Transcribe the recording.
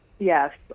Yes